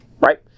right